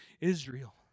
Israel